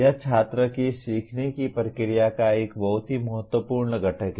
यह छात्र की सीखने की प्रक्रिया का एक बहुत ही महत्वपूर्ण घटक है